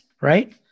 right